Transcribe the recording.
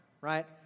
right